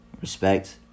Respect